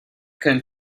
can